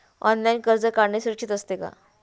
Online कर्ज काढणे सुरक्षित असते का?